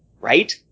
right